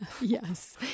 Yes